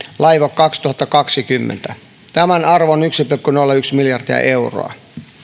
laivue kaksituhattakaksikymmentä tämän arvo on yksi pilkku nolla yksi miljardia euroa